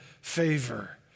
favor